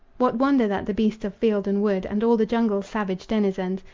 what wonder that the beasts of field and wood, and all the jungle's savage denizens,